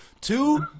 Two